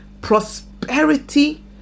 prosperity